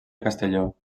castelló